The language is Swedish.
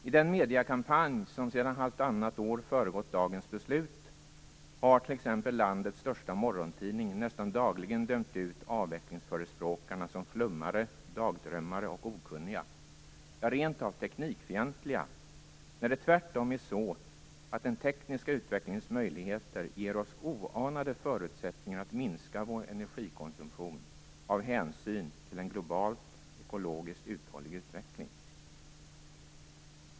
I den mediekampanj som sedan halvannat år föregått dagens beslut har t.ex. landets största morgontidning nästan dagligen dömt ut avvecklingsförespråkarna som flummare, dagdrömmare och okunniga, ja rent av teknikfientliga, när det tvärtom är så att den tekniska utvecklingens möjligheter ger oss oanade förutsättningar att minska vår energikonsumtion av hänsyn till en globalt ekologiskt uthållig utveckling.